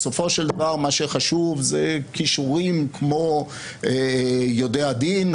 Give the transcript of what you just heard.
בסופו של דבר מה שחשוב זה כישורים כמו יודע דין,